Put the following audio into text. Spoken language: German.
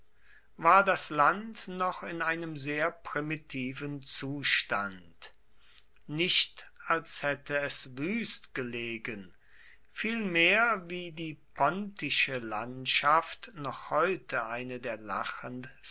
war das land noch in einem sehr primitiven zustand nicht als hätte es wüst gelegen vielmehr wie die pontische landschaft noch heute eine der